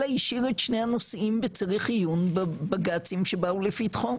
אלא השאיר את שני הנושאים בצריך עיון בבג"צים שבאו לפתחו.